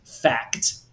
fact